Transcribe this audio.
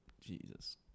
jesus